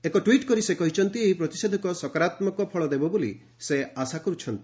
ଏକ ଟ୍ୱିଟ୍ କରି ସେ କହିଛନ୍ତି ଏହି ପ୍ରତିଷେଧକ ସକାରାତ୍ମକ ଫଳ ଦେବ ବୋଲି ସେ ଆଶା କରୁଛନ୍ତି